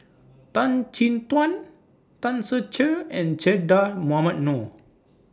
Tan Chin Tuan Tan Ser Cher and Che Dah Mohamed Noor